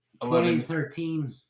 2013